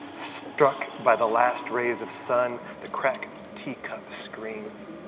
struck by the last rays of sun, the cracked teacup screams.